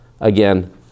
again